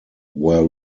were